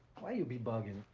why you be buggin?